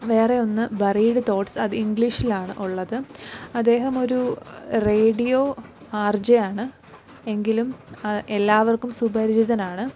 വേറെയൊന്ന് worried thoughts അത് ഇംഗ്ലീഷിലാണ് ഉള്ളത് അദ്ദേഹമൊരു റേഡിയോ ആർ ജെയാണ് എങ്കിലും എല്ലാവർക്കും സുപരിചിതനാണ്